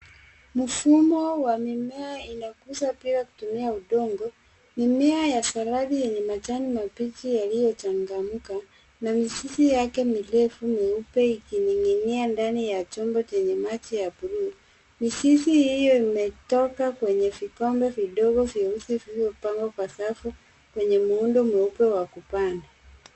Mfumo wa mimea unaguza pia kutumia udongo mimea ya saladi yenye majani mabichi yaliyochanganyika na mizizi yake mirefu mieupe imening'inia ndani ya chumba chenye maji ya buluu. Mizizi hiyo imetoka kwenye vikombe vidogo vyeusi vilivyopangwa kwa safu kwenye muundo mweupe wa kupanda.